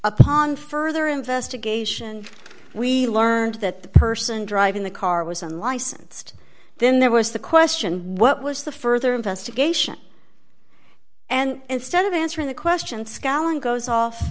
upon further investigation we learned that the person driving the car was unlicensed then there was the question what was the further investigation and instead of answering the question scowling goes off